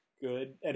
good